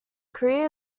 career